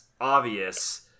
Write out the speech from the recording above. obvious